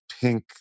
pink